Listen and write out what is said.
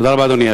תודה רבה, אדוני.